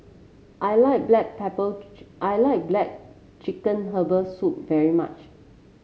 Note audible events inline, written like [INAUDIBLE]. I like Black Pepper [UNINTELLIGIBLE] I like black chicken Herbal Soup very much